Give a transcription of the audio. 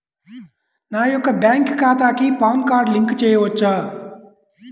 నా యొక్క బ్యాంక్ ఖాతాకి పాన్ కార్డ్ లింక్ చేయవచ్చా?